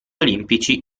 olimpici